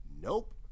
Nope